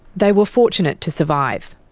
they were fortunate to survive.